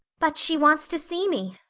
but she wants to see me,